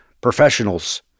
professionals